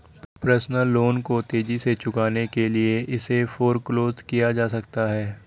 personal loan को तेजी से चुकाने के लिए इसे फोरक्लोज किया जा सकता है